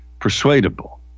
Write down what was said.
persuadable